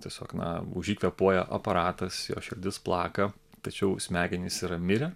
tiesiog na už jį kvėpuoja aparatas jo širdis plaka tačiau smegenys yra mirę